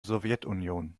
sowjetunion